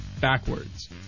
backwards